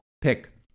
pick